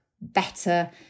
better